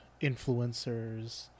influencers